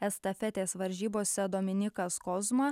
estafetės varžybose dominika skozma